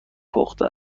پخته